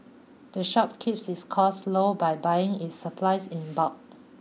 the shop keeps its costs low by buying its supplies in bulk